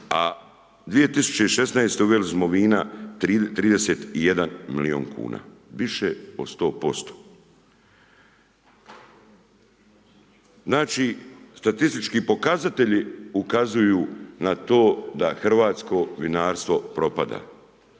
a 2016. uveli smo vina 31 milijun kn, više od 100%. Znači statistički pokazatelji ukazuju na to da hrvatsko vinarstvo propada,